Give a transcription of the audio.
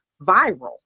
viral